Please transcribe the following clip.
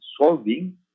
solving